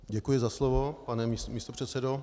Děkuji za slovo, pane místopředsedo.